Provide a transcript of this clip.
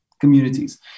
communities